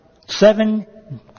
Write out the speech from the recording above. seven